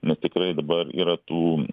nes tikrai dabar yra tų